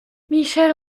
michel